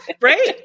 Right